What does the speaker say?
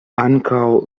ankaŭ